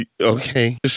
Okay